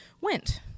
went